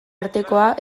artekoa